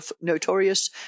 notorious